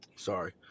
Sorry